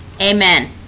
Amen